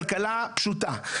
כלכלה פשוטה.